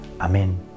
Amen